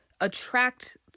attract